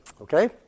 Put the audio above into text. okay